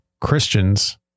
Christians